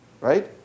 Right